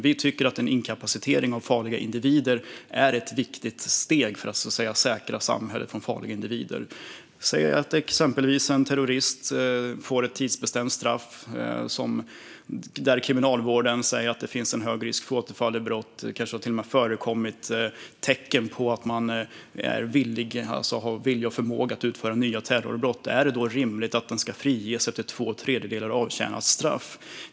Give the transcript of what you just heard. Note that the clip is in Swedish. Vi tycker att en inkapacitering av farliga individer är ett viktigt steg för att säkra samhället från farliga individer. Säg att exempelvis en terrorist får ett tidsbestämt straff men att Kriminalvården säger att det finns en hög risk för återfall i brott. Det kanske till och med har förekommit tecken på att personen har vilja och förmåga att utföra nya terrorbrott. Är det då rimligt att personen ska friges efter två tredjedelar av avtjänat straff?